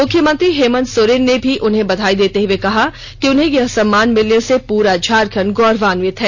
मुख्यमंत्री हेमंत सोरेन ने भी उन्हें बधाई देते हुए कहा कि उन्हें यह सम्मान मिलने से पूरा झारखंड गौरवांवित है